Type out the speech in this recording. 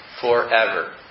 forever